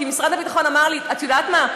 כי משרד הביטחון אמר לי: את יודעת מה?